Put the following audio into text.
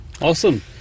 awesome